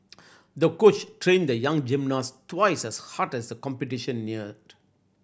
the coach trained the young gymnast twice as hard as the competition neared